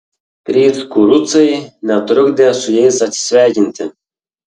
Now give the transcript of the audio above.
trys kurucai netrukdė su jais atsisveikinti